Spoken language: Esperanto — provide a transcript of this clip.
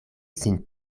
sin